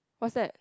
what's that